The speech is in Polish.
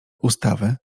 ustawy